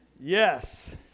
Yes